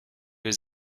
was